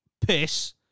piss